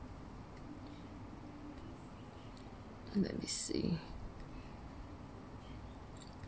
let me see